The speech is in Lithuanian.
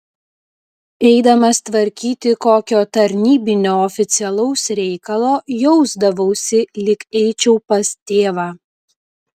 eidamas tvarkyti kokio tarnybinio oficialaus reikalo jausdavausi lyg eičiau pas tėvą